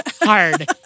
hard